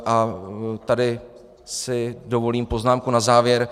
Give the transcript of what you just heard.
A tady si dovolím poznámku na závěr.